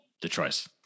Detroit